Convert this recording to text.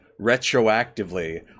retroactively